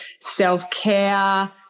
self-care